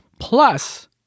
plus